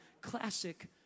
classic